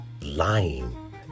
Lying